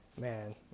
Man